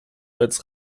als